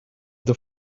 the